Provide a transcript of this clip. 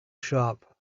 shop